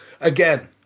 again